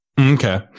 Okay